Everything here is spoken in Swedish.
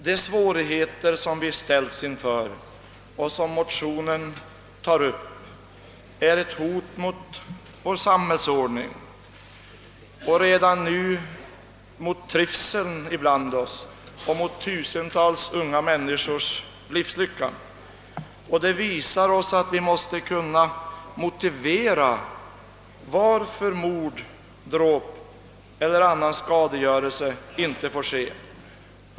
De svårigheter som vi ställts inför och som tas upp i motionen är ett hot mot vår samhällsordning, mot trivseln i vårt samhälle och mot tusentals unga männmiskors livslycka. Det visar oss att vi måste kunna motivera varför mord, dråp eller annan skadegörelse inte får ske.